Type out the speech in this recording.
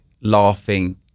laughing